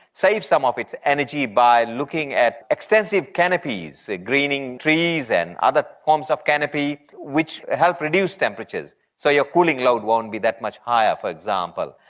save some of its energy by looking at extensive canopies, greening trees and other forms of canopy, which help reduce temperatures. so you're cooling load won't be that much higher, for example.